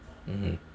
mmhmm